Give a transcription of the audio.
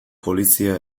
polizia